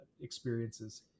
experiences